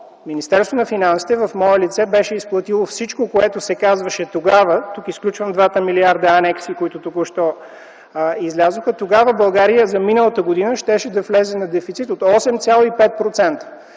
Министерството на финансите в мое лице беше изплатило всичко, което се казваше тогава – тук изключвам двата милиарда анекси, които току що излязоха, тогава България за миналата година щеше да влезе на дефицит от 8,5%.